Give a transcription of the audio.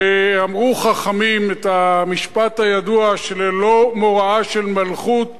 אמרו חכמים את המשפט הידוע, שללא מוראה של מלכות